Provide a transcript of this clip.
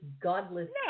godless